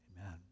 Amen